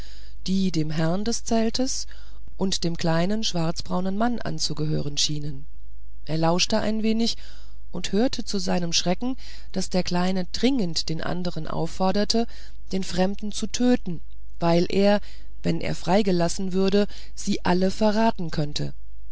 die dem herrn des zeltes und dem kleinen schwarzbraunen mann anzugehören schienen er lauschte ein wenig und hörte zu seinem schrecken daß der kleine dringend den andern aufforderte den fremden zu töten weil er wenn er freigelassen würde sie alle verraten könnte